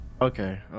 okay